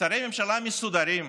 שרי הממשלה מסודרים.